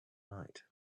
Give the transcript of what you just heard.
night